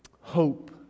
hope